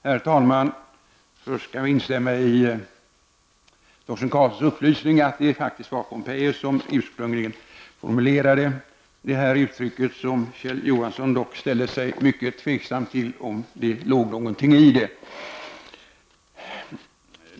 Herr talman! Först kan jag instämma i Torsten Karlssons upplysning att det faktiskt var Pompejus som ursprungligen formulerade det uttryck som Kjell Johansson ställde sig mycket tveksam till om det låg någonting i.